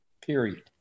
period